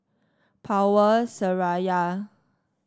Power Seraya